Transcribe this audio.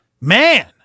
Man